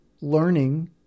learning